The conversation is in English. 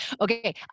okay